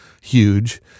huge